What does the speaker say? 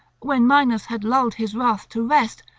when minos had lulled his wrath to rest,